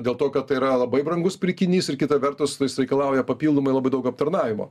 dėl to kad tai yra labai brangus pirkinys ir kita vertus jis reikalauja papildomai labai daug aptarnavimo